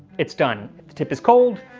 it's done. if the tip is cold,